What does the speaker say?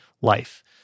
life